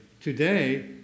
today